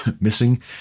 missing